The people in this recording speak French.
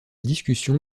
discussion